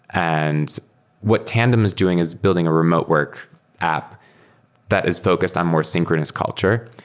and what tandem is doing is building a remote work app that is focused on more synchronous culture.